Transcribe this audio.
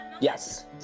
Yes